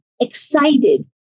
excited